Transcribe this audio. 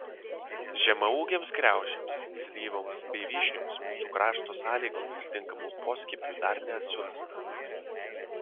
žemaūgėms kriaušėms slyvoms bei vyšnioms mūsų krašto sąlygomis tinkamų poskiepių dar nesurasta